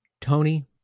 Tony